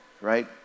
right